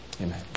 amen